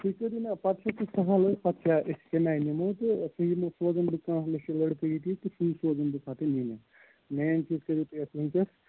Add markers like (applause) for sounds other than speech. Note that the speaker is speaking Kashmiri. تُہۍ کٔرِو مےٚ پتہٕ چھُ سُہ سَہَل (unintelligible) پَتہٕ کیٛاہ أسۍ کَمہِ آیہِ نِمو تہٕ اٮ۪کچُلی (unintelligible) سوزَن بہٕ کانٛہہ مےٚ چھِ لٔڑکہٕ ییٚتی تہٕ سُے سوزَن بہٕ پَتہٕ نِنہِ مین چیٖز کٔرِو تُہۍ اَسہِ وٕنۍکٮ۪س